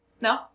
No